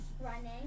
Running